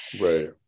Right